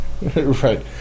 Right